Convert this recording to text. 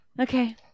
okay